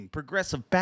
Progressive